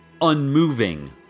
unmoving